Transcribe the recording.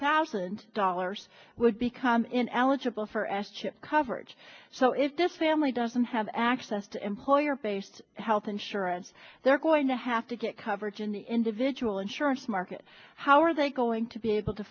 thousand dollars would become in eligible for s chip coverage so if this family doesn't have access to employer based health insurance they're going to have to get coverage in the individual insurance market how are they going to be able to